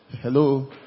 Hello